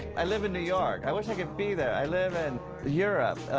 i live in new york. i wish i could be there, i live in europe